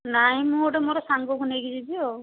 ନାଇଁ ମୁଁ ଗୋଟେ ମୋର ସାଙ୍ଗକୁ ନେଇକି ଯିବି ଆଉ